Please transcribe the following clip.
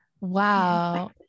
wow